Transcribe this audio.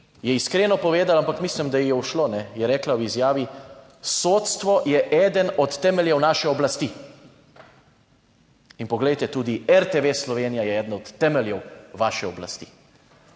je iskreno povedala, ampak mislim, da ji je ušlo, je rekla v izjavi; Sodstvo je eden od temeljev naše oblasti in poglejte, tudi RTV Slovenija je eden od temeljev vaše oblasti.